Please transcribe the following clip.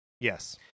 Yes